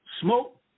smoke